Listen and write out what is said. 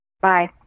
bye